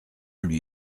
lui